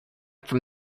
from